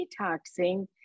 detoxing